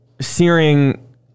searing